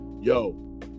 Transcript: yo